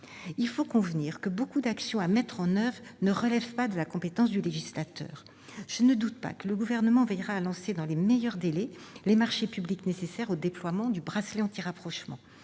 Il faut en convenir, de nombreuses actions à mettre en oeuvre ne relèvent pas de la compétence du législateur. Je ne doute pas que le Gouvernement veillera à lancer dans les meilleurs délais les marchés publics nécessaires au déploiement du bracelet anti-rapprochement.